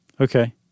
Okay